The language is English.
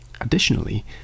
Additionally